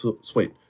sweet